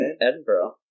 Edinburgh